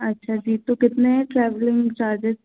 अच्छा जी तो कितने है ट्रैवलिंग चार्जेस